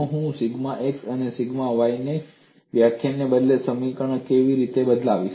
જો હું sigma x અને સિગ્મા y ની વ્યાખ્યાને બદલે સમીકરણ કેવી રીતે બદલાય